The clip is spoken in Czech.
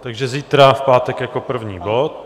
Takže zítra v pátek jako první bod.